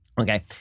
okay